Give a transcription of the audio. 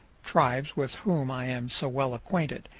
tribes with whom i am so well acquainted.